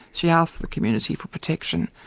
she asked the community for protection.